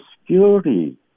security